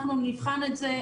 אנחנו נבחן את זה,